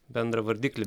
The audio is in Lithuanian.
bendrą vardiklį